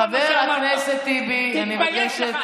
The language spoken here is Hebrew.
חבר הכנסת טיבי, אני מבקשת